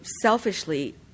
selfishly